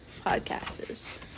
podcasts